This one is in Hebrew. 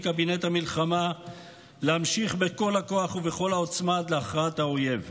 קבינט המלחמה להמשיך בכל הכוח ובכל העוצמה עד להכרעת האויב.